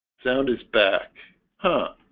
sound is back huh?